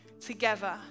together